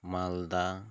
ᱢᱟᱞᱫᱟ